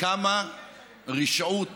כמה רשעות